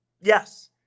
Yes